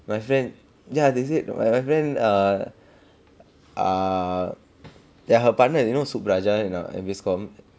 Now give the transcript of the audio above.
my friend yeah they said my friend err err they're her partner you know sup rajar in mass comms